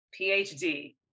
PhD